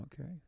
Okay